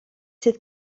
sydd